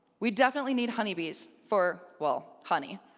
we definitely need honey bees for, well, honey.